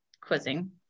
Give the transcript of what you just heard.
quizzing